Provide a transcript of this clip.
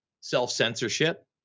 self-censorship